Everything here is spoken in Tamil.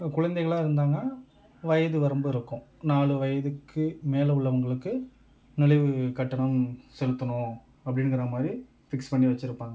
குழந்தைகளாக இருந்தாங்கனால் வயது வரம்பு இருக்கும் நாலு வயதுக்கு மேல உள்ளவங்களுக்கு நுழைவுக்கட்டணம் செலுத்தணும் அப்படின்ங்குறமாரி ஃபிக்ஸ் பண்ணி வச்சிருப்பாங்கள்